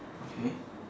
okay